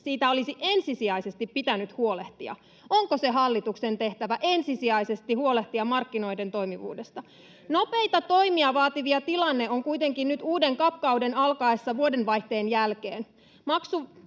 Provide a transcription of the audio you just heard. siitä olisi ensisijaisesti pitänyt huolehtia. Onko ensisijaisesti hallituksen tehtävä huolehtia markkinoiden toimivuudesta? Nopeita toimia vaativa tilanne on kuitenkin nyt uuden CAP-kauden alkaessa vuodenvaihteen jälkeen.